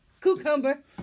Cucumber